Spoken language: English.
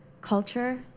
culture